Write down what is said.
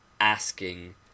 asking